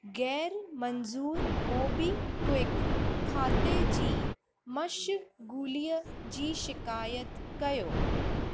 ग़ैरु मंज़ूर मोबीक्विक खाते जी मशगूलीअ जी शिकायत कयो